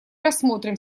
рассмотрим